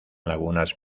lagunas